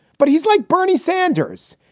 but he's like bernie sanders.